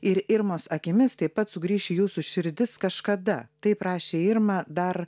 ir irmos akimis taip pat sugrįš į jūsų širdis kažkada taip rašė irma dar